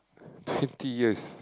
fifty years